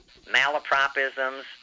malapropisms